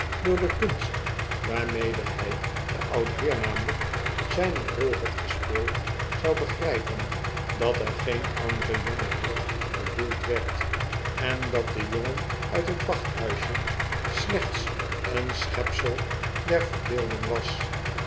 door de kunst waarmede hij ae oude heer namelyk zyne rol had gespeeld zou begrijpen dat er geen andere jongeheer bedoeld werd en dat ae jongen uit het wachthuisje slechts een schepsel der verbeelding was